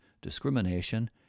discrimination